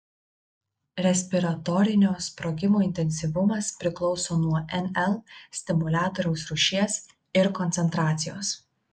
respiratorinio sprogimo intensyvumas priklauso nuo nl stimuliatoriaus rūšies ir koncentracijos